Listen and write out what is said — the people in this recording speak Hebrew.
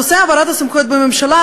נושא העברת הסמכויות בממשלה,